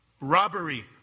Robbery